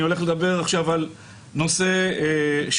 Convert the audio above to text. אני הולך לדבר עכשיו על נושא של